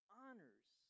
honors